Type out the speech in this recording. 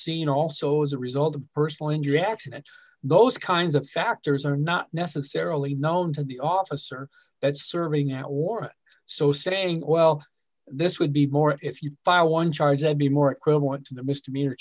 scene also as a result of personal injury accident those kinds of factors are not necessarily known to the officer that's serving at war so saying well this would be more if you file one charge i would be more equivalent to the misdemeanor